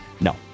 No